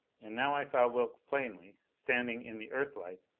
and now i saw wilks plainly, standing in the earthlight,